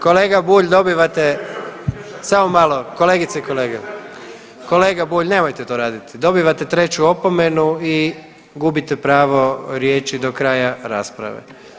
Kolega Bulj dobivate samo malo kolegice i kolege, kolega Bulj nemojte to raditi dobivate treću opomenu i gubite pravo riječi do kraja rasprave.